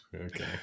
Okay